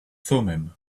thummim